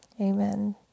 Amen